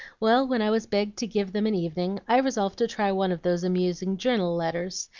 well, when i was begged to give them an evening, i resolved to try one of those amusing journal-letters,